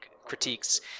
critiques